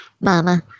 mama